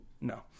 No